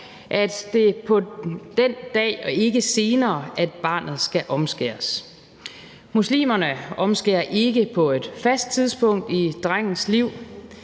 at det er på den dag og ikke senere, at barnet skal omskæres. Muslimerne omskærer ikke på et fast tidspunkt i drengens liv.